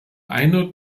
einer